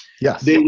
Yes